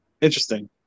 interesting